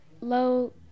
low